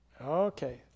Okay